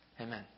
Amen